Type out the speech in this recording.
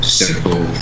simple